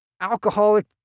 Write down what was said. alcoholic